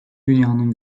dünyanın